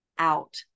out